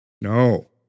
No